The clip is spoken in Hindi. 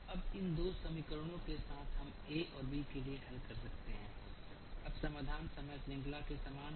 अब इन दो समीकरणों के साथ हम a और b के लिए हल कर सकते हैं अब समाधान समय श्रृंखला के समान है